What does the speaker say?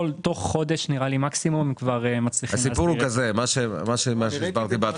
תוך חודש מקסימום מצליחים להסדיר את מעמדם.